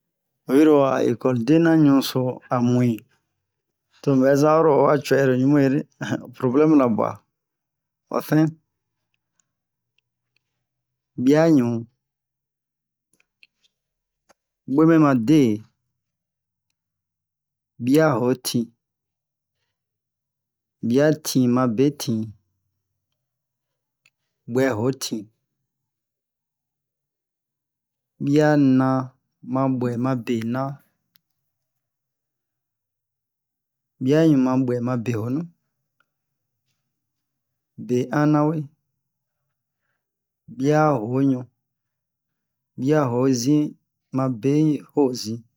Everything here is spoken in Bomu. oyi ro oha ekoldena ɲunso a muɲi to muɛ zaro to wa cuɛro ɲuberi problɛmla ɓuha wafɛn biaɲu ɓwemɛ ma de biahoti biatin ma betin ɓwɛhotin bianan ma ɓwɛ ma benan biaɲu ma ɓwɛ ma ɓehonu be anawe biahoɲu biahozi ma behozi